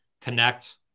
connect